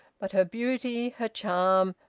but her beauty, her charm,